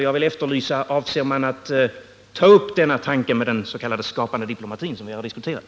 Jag vill därför efterlysa ett svar på frågan, om han avser att ta upp den tanke med den s.k. skapande diplomatin som vi har diskuterat.